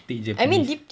take japanese